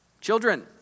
children